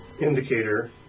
indicator